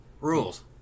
Rules